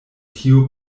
tiu